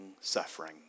suffering